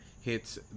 hits